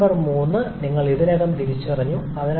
point number 3 നിങ്ങൾ ഇതിനകം തിരിച്ചറിഞ്ഞു